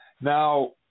Now